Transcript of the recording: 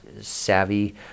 savvy